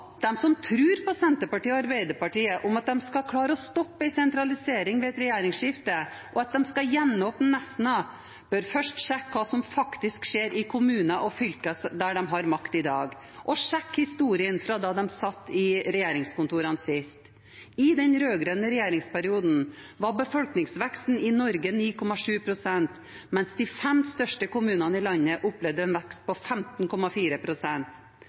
som tror at Senterpartiet og Arbeiderpartiet skal klare å stoppe en sentralisering ved et regjeringsskifte, og at de skal gjenåpne Nesna, bør først sjekke hva som faktisk skjer i kommuner og fylker der de har makt i dag, og sjekke historien fra da de satt i regjeringskontorene sist. I den rød-grønne regjeringsperioden var befolkningsveksten i Norge på 9,7 pst., mens de fem største kommunene i landet opplevde en vekst på